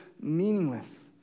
meaningless